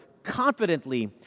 confidently